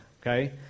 Okay